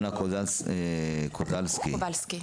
אנה קובלסקי.